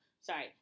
sorry